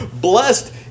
Blessed